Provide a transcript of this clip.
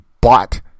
bought